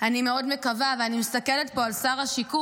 אני מקווה מאוד, ואני מסתכלת פה על שר השיכון,